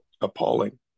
appalling